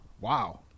Wow